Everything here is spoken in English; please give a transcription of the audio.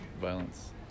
violence